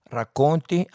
racconti